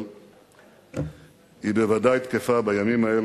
אבל היא בוודאי תקפה בימים האלה.